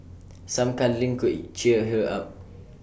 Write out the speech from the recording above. some cuddling could cheer her up